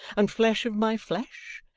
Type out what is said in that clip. and flesh of my flesh,